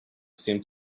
seemed